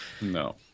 No